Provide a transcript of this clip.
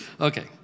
Okay